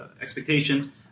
expectation